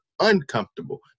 uncomfortable